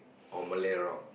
or Malay rock